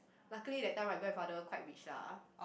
luckily that time my grandfather quite rich lah